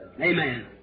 Amen